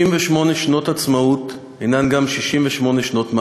68 שנות עצמאות הן גם 68 שנות מאבק.